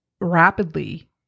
rapidly